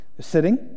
sitting